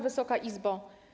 Wysoka Izbo!